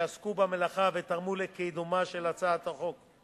שעסקו במלאכה ותרמו לקידומה של הצעת החוק.